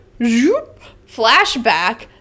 flashback